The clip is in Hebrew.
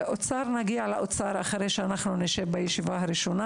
נגיע לאוצר לאחר שנשב בישיבה הראשונה.